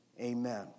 Amen